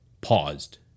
Paused